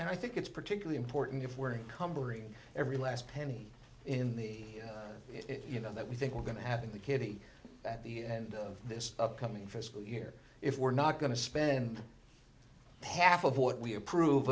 and i think it's particularly important if we're cumbering every last penny in the it you know that we think we're going to have in the kitty at the end of this upcoming fiscal year if we're not going to spend half of what we approve